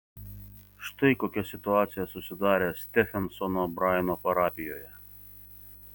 štai kokia situacija susidarė stefensono braino parapijoje